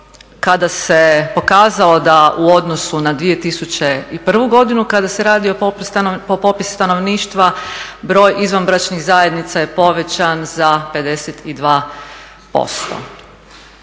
kada se pokazalo da u odnosu na 2001.godinu kada se radio popis stanovništava, broj izvanbračnih zajednica je povećan za 52%.